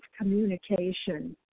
communication